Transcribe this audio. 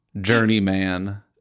journeyman